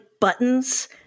buttons